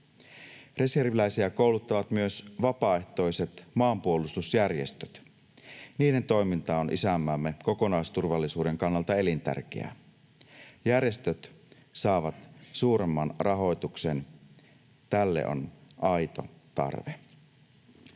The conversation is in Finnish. Reserviläisiä kouluttavat myös vapaaehtoiset maanpuolustusjärjestöt. Niiden toiminta on isänmaamme kokonaisturvallisuuden kannalta elintärkeää. Järjestöt saavat suuremman rahoituksen. Tälle on aito tarve.